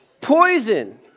Poison